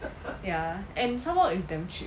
ya and some more is damn cheap